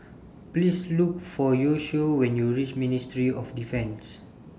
Please Look For Yoshio when YOU REACH Ministry of Defence